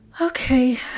Okay